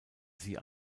sie